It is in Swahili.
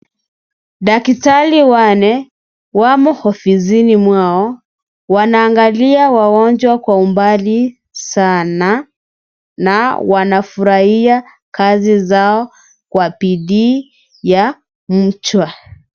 Daktari wanne, wamo ofisini mwao. Wanaangalia wagonjwa kwa umbali sana, na wanafurahia kazi zao kwa bidii ya mchwa.